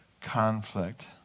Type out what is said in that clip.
conflict